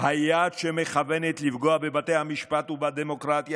היד שמכוונת לפגוע בבתי המשפט ובדמוקרטיה